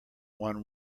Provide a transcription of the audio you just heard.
won